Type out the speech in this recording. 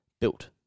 built